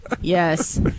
Yes